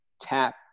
tap